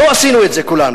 לא עשינו את זה כולנו,